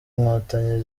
inkotanyi